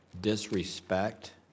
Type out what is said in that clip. disrespect